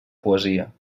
poesia